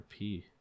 RP